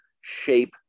shape